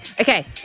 Okay